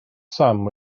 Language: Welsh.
sam